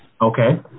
Okay